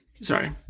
Sorry